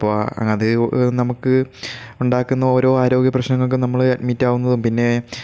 അപ്പോൾ അതേ നമുക്ക് ഉണ്ടാക്കുന്ന ഓരോ ആരോഗ്യപ്രശ്നങ്ങൾക്കും നമ്മൾ അഡ്മിറ്റ് ആകുന്നതും പിന്നെ